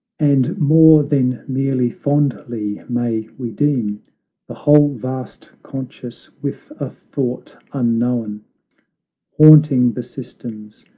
and more than merely fondly may we deem the whole vast conscious with a thought unknown haunting the systems,